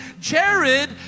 Jared